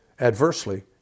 adversely